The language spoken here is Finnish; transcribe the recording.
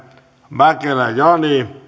mäkelä jani